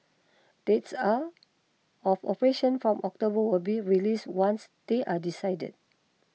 dates up of operation from October will be released once they are decided